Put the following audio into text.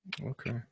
Okay